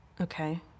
Okay